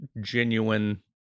genuine